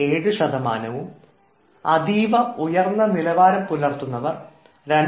7 ശതമാനവും അതീവ ഉയർന്ന നിലവാരം പുലർത്തുന്നവർ 2